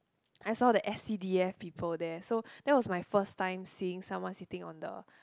I saw the s_c_d_f people there so that was my first time seeing someone sitting on the